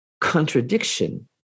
contradiction